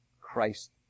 Christ